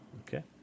Okay